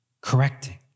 correcting